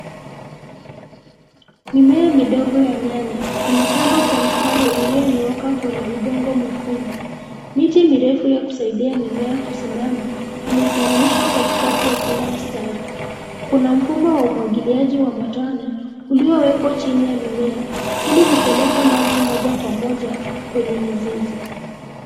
Mimea midogo ya nyanya, imepandwa kwa mstari iliyonyooka kwenye udongo mwekundu. Miti mirefu ya kusaidia mimea kusimama, imesimamishwa katikati ya kila mstari. Kuna mfumo wa umwagiliaji wa matone, uliowekwa chini ya mimea ili kupeleka maji moja kwa moja kwenye mizizi.